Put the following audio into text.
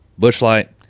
Bushlight